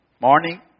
Morning